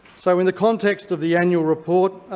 so, in the context of the annual report,